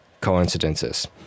coincidences